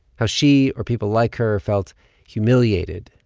how she or people like her felt humiliated,